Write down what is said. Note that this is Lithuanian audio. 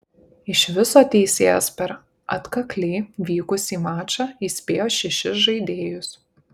iš viso teisėjas per atkakliai vykusį mačą įspėjo šešis žaidėjus